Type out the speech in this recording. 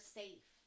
safe